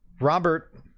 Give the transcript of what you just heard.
Robert